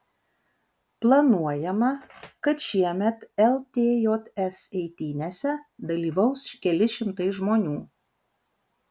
planuojama kad šiemet ltjs eitynėse dalyvaus keli šimtai žmonių